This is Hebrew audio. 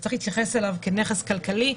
וצריך להתייחס אליו כנכס כלכלי,